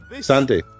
Sandy